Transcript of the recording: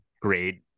great